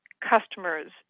customers